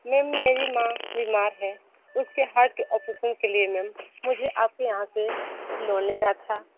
ma'am मेरी माँ बीमार है उसके हाथ के ऑपरेशन के लिए मैम मुझे आपके यहाँ से लोन लेना था